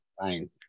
Fine